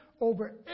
over